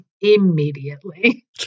immediately